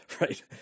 right